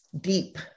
deep